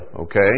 okay